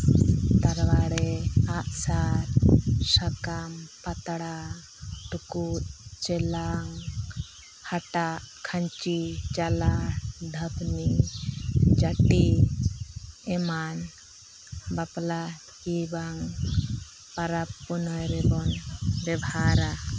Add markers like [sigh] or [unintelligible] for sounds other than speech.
[unintelligible] ᱛᱟᱨᱣᱟᱲᱤ ᱟᱸᱜ ᱥᱟᱨ ᱥᱟᱠᱟᱢ ᱯᱟᱛᱲᱟ ᱴᱩᱠᱩᱡ ᱪᱮᱞᱟᱝ ᱦᱟᱴᱟᱜ ᱠᱷᱟᱹᱧᱪᱤ ᱪᱟᱞᱟ ᱰᱷᱟᱠᱱᱤ ᱡᱟᱹᱴᱤ ᱮᱢᱟᱱ ᱵᱟᱯᱞᱟ ᱠᱤ ᱵᱟᱝ ᱯᱟᱨᱟᱵᱽ ᱯᱩᱱᱟᱹᱭ ᱨᱮᱵᱚᱱ ᱵᱮᱵᱷᱟᱨᱟ